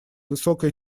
высокая